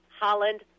Holland